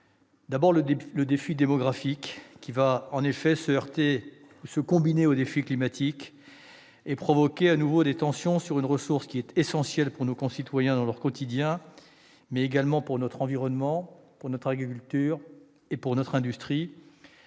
par le défi démographique, qui, en se combinant au défi climatique, provoquera des tensions sur une ressource essentielle pour nos concitoyens dans leur quotidien, mais également pour notre environnement, pour notre agriculture et pour notre industrie.